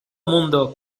mundo